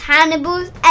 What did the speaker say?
Hannibal's